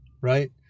right